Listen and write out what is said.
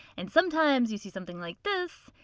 and sometimes you see something like this.